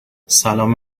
سلام